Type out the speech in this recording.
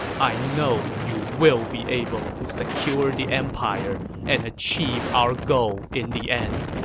i know you will be able to secure the empire and achieve our goal in the end.